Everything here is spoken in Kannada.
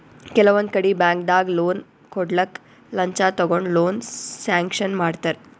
ಕೆಲವೊಂದ್ ಕಡಿ ಬ್ಯಾಂಕ್ದಾಗ್ ಲೋನ್ ಕೊಡ್ಲಕ್ಕ್ ಲಂಚ ತಗೊಂಡ್ ಲೋನ್ ಸ್ಯಾಂಕ್ಷನ್ ಮಾಡ್ತರ್